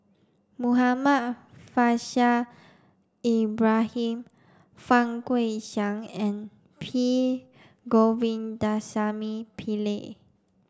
Muhammad Faishal Ibrahim Fang Guixiang and P Govindasamy Pillai